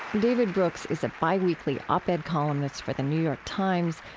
david brooks is a biweekly op-ed columnist for the new york times.